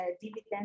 dividend